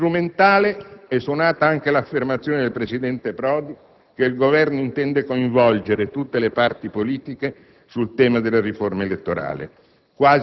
Strumentale è suonata anche l'affermazione del presidente Prodi che il Governo intende coinvolgere tutte le parti politiche sul tema della riforma elettorale,